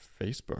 Facebook